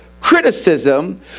criticism